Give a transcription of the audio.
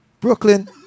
Brooklyn